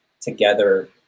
together